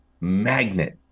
magnet